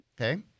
Okay